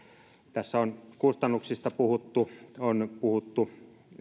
tässä on kustannuksista puhuttu on puhuttu